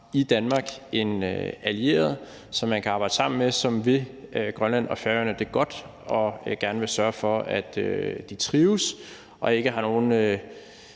har man en allieret, som man kan arbejde sammen med, som vil Grønland og Færøerne det godt og gerne vil sørge for, at de trives, og som ikke har nogen